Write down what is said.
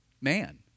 Man